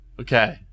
Okay